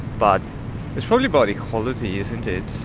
but it's probably about equality, isn't it?